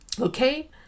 okay